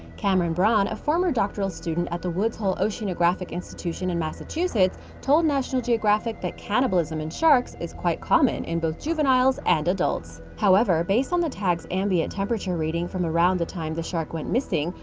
camrin braun, a former doctoral student at the woods hole oceanographic institution in massachusetts told national geographic that cannibalism in sharks is quite common in both juveniles and adults. however, based on the tag's ambient temperature reading from around the time the shark went missing,